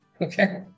Okay